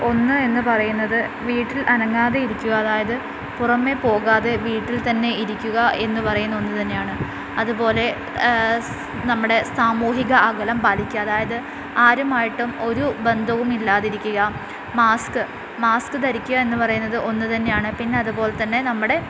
ഒന്ന് എന്നു പറയുന്നത് വീട്ടിൽ അനങ്ങാതെ ഇരിക്കുക അതായത് പുറമെ പോകാതെ വീട്ടിൽ തന്നെ ഇരിക്കുക എന്നു പറയുന്ന ഒന്നു തന്നെയാണ് അതുപോലെ നമ്മുടെ സാമൂഹിക അകലം പാലിക്കുക അതായത് ആരുമായിട്ടും ഒരു ബന്ധവും ഇല്ലാതിരിക്കുക മാസ്ക് മാസ്ക് ധരിക്കുക എന്നു പറയുന്നത് ഒന്നു തന്നെയാണ് പിന്നെ അതുപോലെതന്നെ നമ്മുടെ